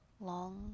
long